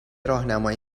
راهنمایی